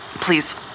please